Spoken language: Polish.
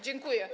Dziękuję.